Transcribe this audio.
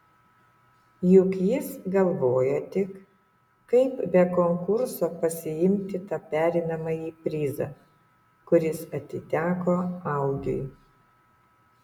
juk jis galvojo tik kaip be konkurso pasiimti tą pereinamąjį prizą kuris atiteko augiui